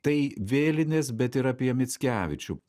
tai vėlinės bet ir apie mickevičių